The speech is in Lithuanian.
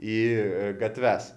į gatves